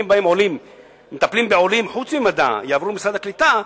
בעולים חוץ ממדע יעברו למשרד הקליטה.